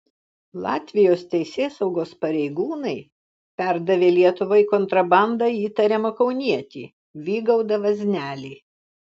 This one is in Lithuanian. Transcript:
latvijos teisėsaugos pareigūnai perdavė lietuvai kontrabanda įtariamą kaunietį vygaudą vaznelį